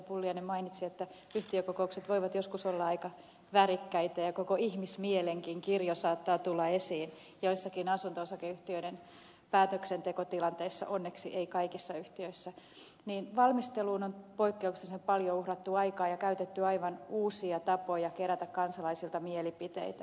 pulliainen mainitsi että yhtiökokoukset voivat joskus olla aika värikkäitä ja koko ihmismielenkin kirjo saattaa tulla esiin joissakin asunto osakeyhtiöiden päätöksentekotilanteissa onneksi ei kaikissa yhtiöissä niin valmisteluun on poikkeuksellisen paljon uhrattu aikaa ja käytetty aivan uusia tapoja kerätä kansalaisilta mielipiteitä